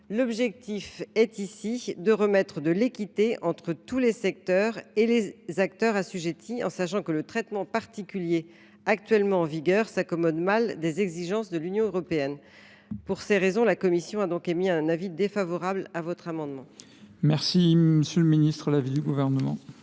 plasma. Il s’agit de remettre de l’équité entre tous les secteurs et les acteurs assujettis, sachant que le traitement particulier actuellement en vigueur s’accommode mal des exigences de l’Union européenne. Pour ces raisons, la commission a émis un avis défavorable sur cet amendement. Quel est l’avis du Gouvernement ?